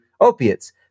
opiates